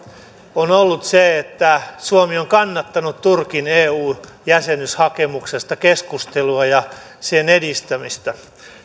on ollut se että suomi on kannattanut turkin eu jäsenyyshakemuksesta keskustelua ja sen edistämistä